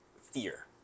fear